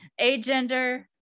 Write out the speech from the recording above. Agender